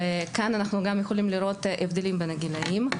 וכאן אנחנו גם יכולים לראות הבדלים בין הגילאים,